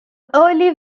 early